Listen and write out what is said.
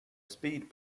speed